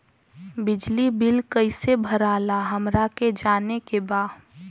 बिजली बिल कईसे भराला हमरा के जाने के बा?